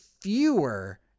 fewer